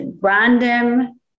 random